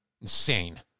Insane